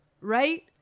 right